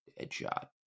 Deadshot